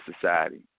society